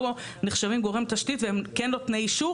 נחשבים גורם תשתית והם כן נותני אישור.